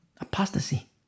Apostasy